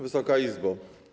Wysoka Izbo!